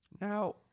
Now